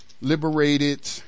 liberated